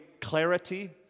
clarity